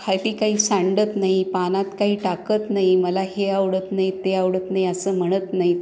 खाली काही सांडत नाही पानात काही टाकत नाही मला हे आवडत नाही ते आवडत नाही असं म्हणत नाहीत